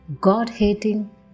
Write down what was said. God-hating